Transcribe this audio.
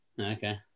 Okay